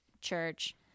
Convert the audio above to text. church